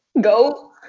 Go